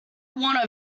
want